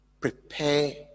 prepare